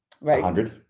Right